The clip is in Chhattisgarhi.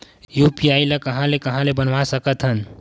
यू.पी.आई ल कहां ले कहां ले बनवा सकत हन?